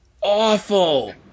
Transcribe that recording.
awful